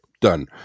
Done